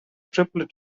triplet